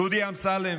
דודי אמסלם,